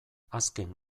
azken